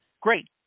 Great